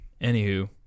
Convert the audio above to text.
Anywho